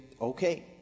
okay